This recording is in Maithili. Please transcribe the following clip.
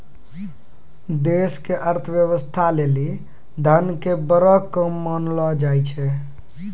देश के अर्थव्यवस्था लेली धन के बड़ो काम मानलो जाय छै